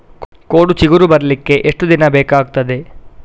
ಕೋಡು ಚಿಗುರು ಬರ್ಲಿಕ್ಕೆ ಎಷ್ಟು ದಿನ ಬೇಕಗ್ತಾದೆ?